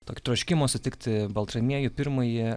tokį troškimo sutikti baltramiejų pirmąjį